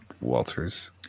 Walters